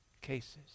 cases